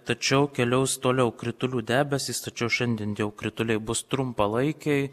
tačiau keliaus toliau kritulių debesys tačiau šiandien jau krituliai bus trumpalaikiai